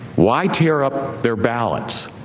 why tear up their balance?